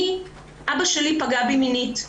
אבא שלי פגע בי מינית.